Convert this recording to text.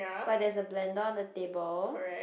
but there's a blender on the table